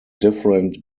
different